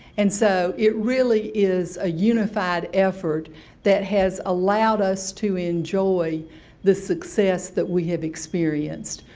and so, it really is a unified effort that has allowed us to enjoy the success that we have experienced.